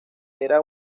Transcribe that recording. era